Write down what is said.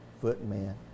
footmen